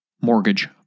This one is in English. mortgage